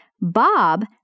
Bob